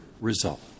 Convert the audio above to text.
result